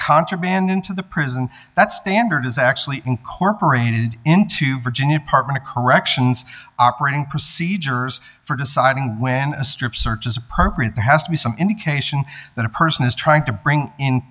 contraband into the prison that standard is actually incorporated into virginia department of corrections operating procedures for deciding when a strip search is appropriate there has to be some indication that a person is trying to bring in